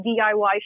DIY